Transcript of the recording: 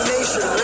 Nation